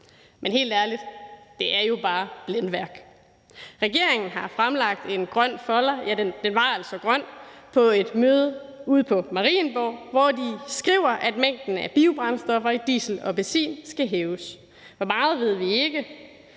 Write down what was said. Men helt ærligt, det er jo bare blændværk. Regeringen har fremlagt en grøn folder, ja, den var altså grøn, på et møde på Marienborg, hvor de skriver, at mængden af biobrændstoffer i diesel og benzin skal hæves. Hvor meget ved vi ikke,